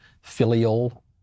filial